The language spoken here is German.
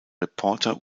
reporter